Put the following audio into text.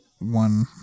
One